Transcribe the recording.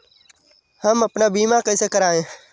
हम अपना बीमा कैसे कराए?